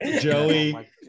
Joey